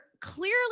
clearly